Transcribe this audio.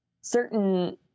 certain